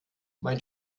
mein